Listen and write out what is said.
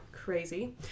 Crazy